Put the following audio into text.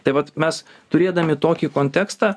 tai vat mes turėdami tokį kontekstą